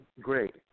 great